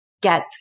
get